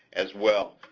as well.